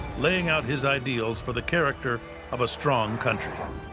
laying out his ideals for the character of a strong country.